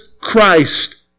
Christ